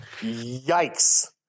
Yikes